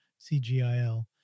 CGIL